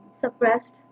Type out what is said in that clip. suppressed